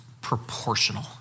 proportional